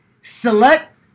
select